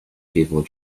people